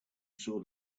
saw